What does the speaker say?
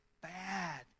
bad